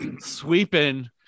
sweeping